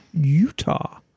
Utah